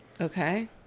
Okay